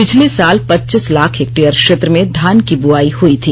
पिछले साल पचीस लख हेक्टेयर क्षेत्र में धान की बुआई हुई थी